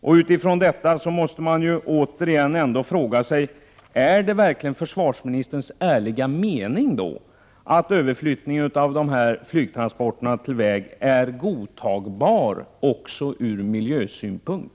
Med hänsyn till detta måste man igen fråga sig: Är det då verkligen försvarsministerns ärliga mening att överflyttningen av dessa fartygstransporter till landsväg är godtagbar också från miljösynpunkt?